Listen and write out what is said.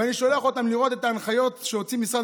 ואני שולח אותם לראות את ההנחיות שהוציא משרד